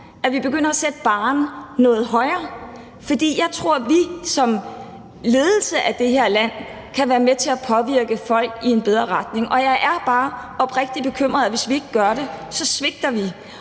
og begynder at sætte barren noget højere, for jeg tror, at vi som ledelse af det her land kan være med til at påvirke folk i en bedre retning. Jeg er oprigtigt bekymret for, at vi svigter, hvis vi